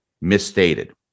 misstated